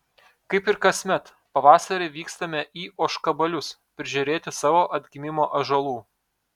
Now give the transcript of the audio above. kaip ir kasmet pavasarį vykstame į ožkabalius prižiūrėti savo atgimimo ąžuolų